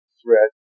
threat